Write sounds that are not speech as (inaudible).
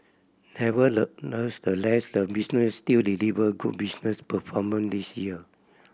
(unintelligible) the business still delivered good business performance this year